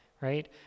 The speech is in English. right